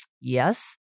yes